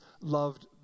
loved